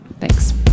Thanks